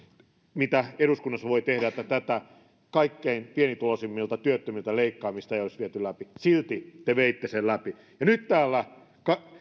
mitä eduskunnassa voidaan tehdä että tätä kaikkein pienituloisimmilta työttömiltä leikkaamista ei olisi viety läpi silti te veitte sen läpi